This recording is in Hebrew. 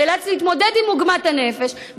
נאלץ להתמודד עם עוגמת הנפש,